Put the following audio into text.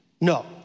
No